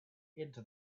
into